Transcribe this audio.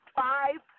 five